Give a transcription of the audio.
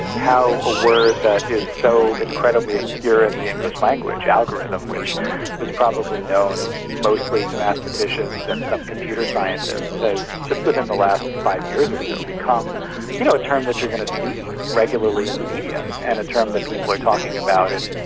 how a word that is so incredibly obscure in the english language, algorithm, which was probably known mostly to mathematicians and some computer scientists has, just within the last five years or so, become you know a term that you're going to see regularly in the media, and a term that people are talking about in,